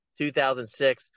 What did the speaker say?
2006